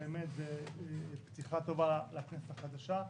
זאת פתיחה טובה לכנסת החדשה.